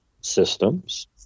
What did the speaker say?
systems